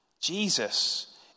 Jesus